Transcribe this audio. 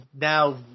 now